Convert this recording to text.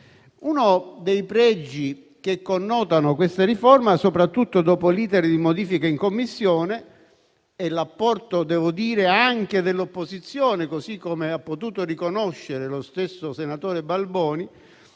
Uno dei pregi che connotano tale riforma, soprattutto dopo l'*iter* di modifica in Commissione e - devo dire - l'apporto anche dell'opposizione, così come ha potuto riconoscere lo stesso senatore Balboni,